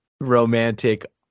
romantic